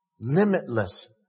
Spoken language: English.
limitless